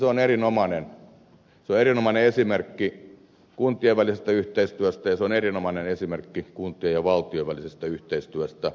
mielestäni se on erinomainen esimerkki kuntien välisestä yhteistyöstä ja se on erinomainen esimerkki kuntien ja valtion välisestä yhteistyöstä